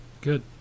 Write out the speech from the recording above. Good